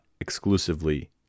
exclusively